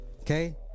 Okay